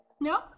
No